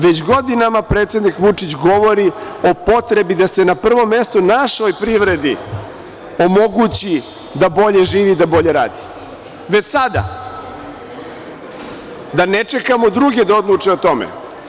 Već godinama, predsednik Vučić, govori o potrebi da se na prvom mestu našoj privredi omogući da bolje živi da bolje radi, već sada, da ne čekamo druge da odluče o tome.